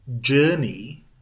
journey